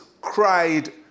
cried